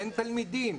בין תלמידים.